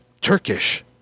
Turkish